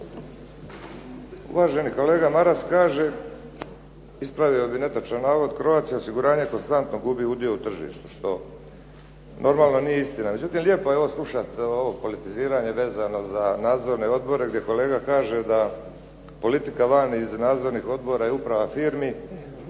Uvaženi kolega Maras kaže, ispravio bih netočan navod "Croatia osiguranje" konstantno gubi udio u tržištu što normalno nije istina. Međutim, lijepo je ovo slušati, ovo politiziranje vezano za nadzorne odbore gdje kolega kaže da politika vani iz nadzornih odbora i uprava firmi,